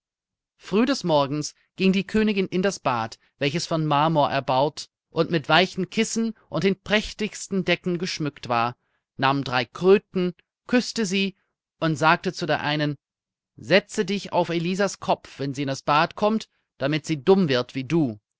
früh des morgens ging die königin in das bad welches von marmor erbaut und mit weichen kissen und den prächtigsten decken geschmückt war nahm drei kröten küßte sie und sagte zu der einen setze dich auf elisas kopf wenn sie in das bad kommt damit sie dumm wird wie du